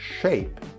shape